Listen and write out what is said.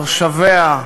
תושביה,